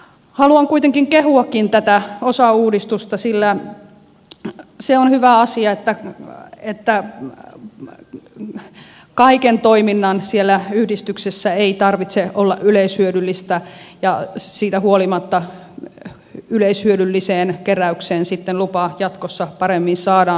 haluan kuitenkin kehuakin tätä osauudistusta sillä se on hyvä asia että kaiken toiminnan siellä yhdistyksessä ei tarvitse olla yleishyödyllistä ja siitä huolimatta yleishyödylliseen keräykseen sitten lupa jatkossa paremmin saadaan